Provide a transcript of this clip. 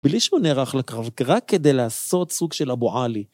בלי שהוא נערך לקרב, רק כדי לעשות סוג של אבו-עלי.